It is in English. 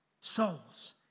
souls